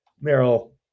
Merrill